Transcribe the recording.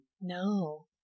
No